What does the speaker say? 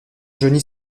johnny